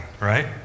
right